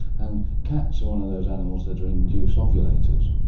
and cats are one of those animals that are induced ovulaters.